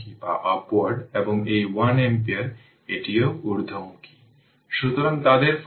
সুতরাং রেজিস্টর জুড়ে ভোল্টেজ হল vR t i R